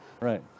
Right